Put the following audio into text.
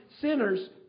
sinners